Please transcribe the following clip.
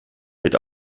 wird